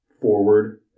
Forward